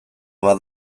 bat